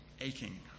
aching